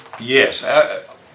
Yes